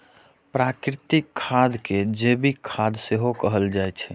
प्राकृतिक खाद कें जैविक खाद सेहो कहल जाइ छै